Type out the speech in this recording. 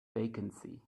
vacancy